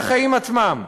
על החיים עצמם.